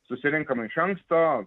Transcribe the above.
susirenkam iš anksto